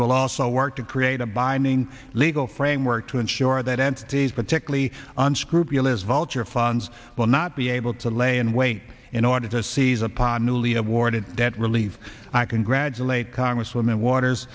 will also work to create a binding legal framework to ensure that entities particularly unscrupulous vulture funds will not be able to lay in wait in order to seize upon newly awarded debt relief i congratulate congresswoman waters